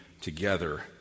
together